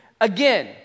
again